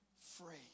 free